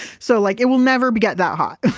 so like it will never get that hot.